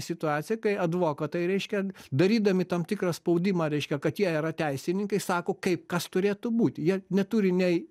situaciją kai advokatai reiškia darydami tam tikrą spaudimą reiškia kad jie yra teisininkai sako kaip kas turėtų būt jie neturi nei